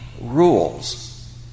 rules